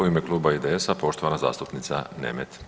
U ime kluba IDS-a, poštovana zastupnica Nemet.